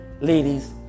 ladies